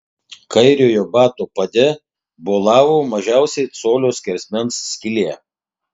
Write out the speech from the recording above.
kairiojo bato pade bolavo mažiausiai colio skersmens skylė